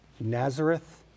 Nazareth